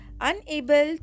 unable